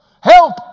Help